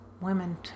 women